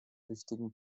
wichtigen